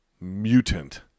mutant